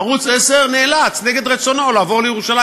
ערוץ 10 נאלץ, נגד רצונו, לעבור לירושלים.